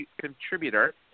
contributor